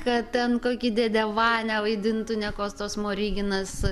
kad ten kokį dėdę vanią vaidintų ne kostas smoriginas